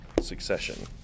succession